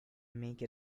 make